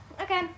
Okay